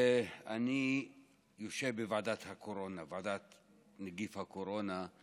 אני יושב בוועדת הקורונה, ועדת נגיף הקורונה,